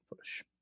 push